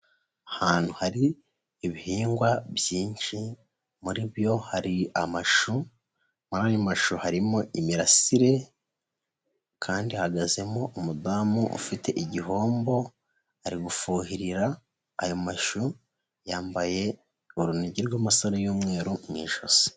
Ahantu hari ibihingwa byinshi, muri byo hari amashu, muri ayo mashu harimo imirasire kandi hahagazemo umudamu ufite igihombo ari gufuhira ayo mashu, yambaye urunigi rw'amasaro y'umweru mu ijosi.